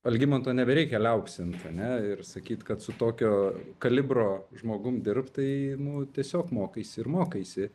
algimanto nebereikia liaupsint ane ir sakyt kad su tokio kalibro žmogum dirbt tai nu tiesiog mokaisi ir mokaisi